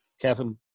Kevin